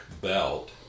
belt